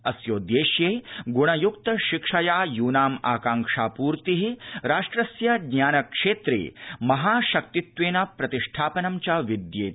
अस्योदेश्ये ग्णयुक्तशिक्षया यूनाम् आकाङ्क्षापूर्तिः राष्ट्रस्य ज्ञानक्षेत्रे महाशक्तित्वेन प्रतिष्ठापनं च विद्यते